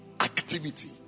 activity